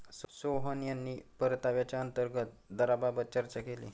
सोहन यांनी परताव्याच्या अंतर्गत दराबाबत चर्चा केली